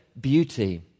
beauty